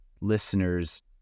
listeners